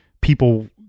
people